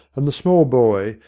and the small boy,